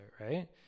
right